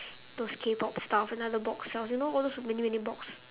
those k-pop stuff and another box sells you know all those many many box